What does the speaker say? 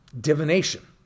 Divination